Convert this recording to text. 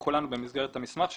ששלחו לנו במסגרת המסמך שכתבנו,